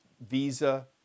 Visa